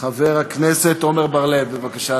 חבר הכנסת עמר בר-לב, בבקשה,